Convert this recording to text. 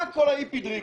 מה כל ההיפי-דריקי?